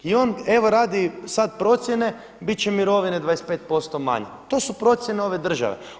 I on evo radi sada procjene bit će mirovine 25% manje, to su procjene ove države.